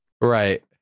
Right